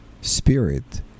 spirit